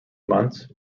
months